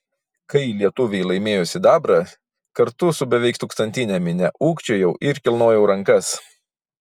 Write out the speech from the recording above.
kai lietuviai laimėjo sidabrą kartu su beveik tūkstantine minia ūkčiojau ir kilnojau rankas